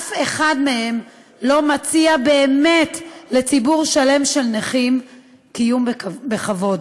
אף אחד מהם לא מציע באמת לציבור שלם של נכים קיום בכבוד.